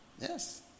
Yes